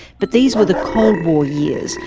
but these were the cold war years,